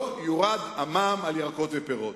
לא יורד המע"מ על ירקות ופירות.